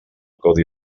codi